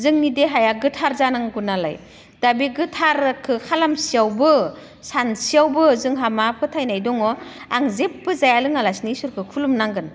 जोंनि देहाया गोथार जानांगौ नालाय दा बे गोथारखो खालामसेयावबो सानसेयावबो जोंहा मा फोथायनाय दङ आं जेबो जाया लोङा लासिनो इसोरखो खुलुमनांगोन